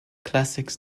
classics